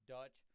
Dutch